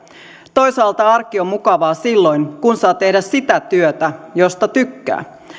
toisaalta arki on mukavaa silloin kun saa tehdä sitä työtä josta tykkää